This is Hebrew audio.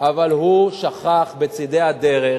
אבל הוא שכח בצדי הדרך,